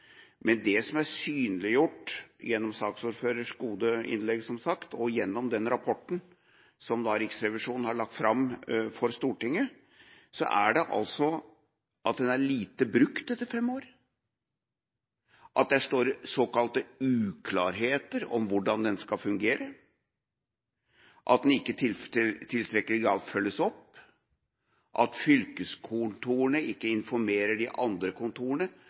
Men det som er synliggjort gjennom saksordførerens gode innlegg og gjennom den rapporten som Riksrevisjonen har lagt fram for Stortinget, er altså at garantien er lite brukt etter fem år, at det gjenstår såkalte uklarheter om hvordan den skal fungere, at den ikke i tilstrekkelig grad følges opp, at fylkeskontorene ikke informerer de andre kontorene